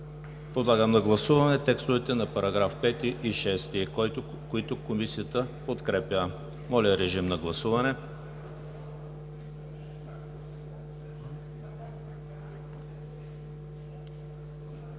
Подлагам на гласуване текстовете на параграфи 5 и 6, които Комисията подкрепя. Гласували